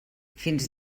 fins